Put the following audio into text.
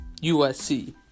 USC